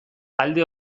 alde